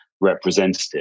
representative